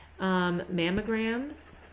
mammograms